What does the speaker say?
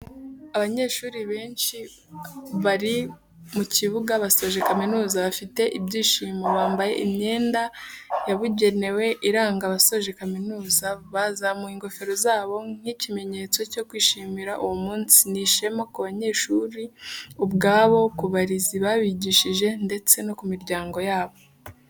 Abanyeshuri benshi bari mu kibuga basoje kamizuza bafite ibyishimo, bambaye imyenda yabugenewe iranga abasoje kaminuza bazamuye ingofero zabo nk'ikimenyetso cyo kwishimira uwo munsi, ni ishema ku banyeshuri ubwabo, ku barezi babigishije ndetse no ku miryango yabo.